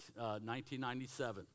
1997